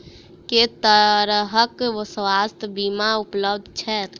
केँ तरहक स्वास्थ्य बीमा उपलब्ध छैक?